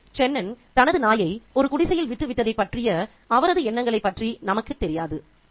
எனவே சென்னன் தனது நாயை ஒரு குடிசையில் விட்டுவிட்டதைப் பற்றிய அவரது எண்ணங்களை பற்றி நமக்குத் தெரியாது